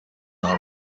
all